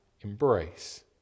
embrace